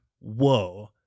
whoa